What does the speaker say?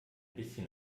bisschen